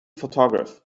photograph